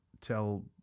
tell